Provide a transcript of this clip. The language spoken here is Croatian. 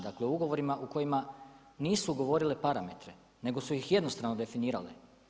Dakle, ugovorima u kojima nisu govorile parametre, nego su ih jednostrano definirali.